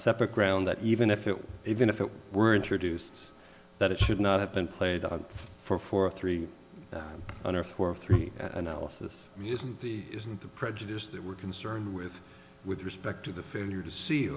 separate ground that even if it were even if it were introduced that it should not have been played out for four three or four or three analysis i mean isn't the isn't the prejudice that we're concerned with with respect to the